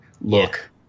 look